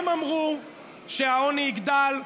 הם אמרו שהעוני יגדל,